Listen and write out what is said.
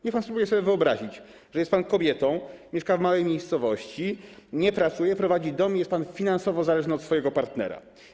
Niech pan spróbuje sobie wyobrazić, że jest pan kobietą, mieszka w małej miejscowości, nie pracuje, prowadzi dom i jest pan finansowo zależny od swojego partnera.